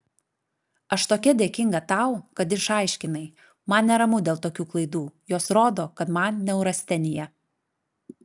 aš tokia dėkinga tau kad išaiškinai man neramu dėl tokių klaidų jos rodo kad man neurastenija